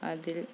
അതിൽ